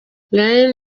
lin